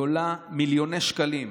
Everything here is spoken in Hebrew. אבל היא עולה מיליוני שקלים,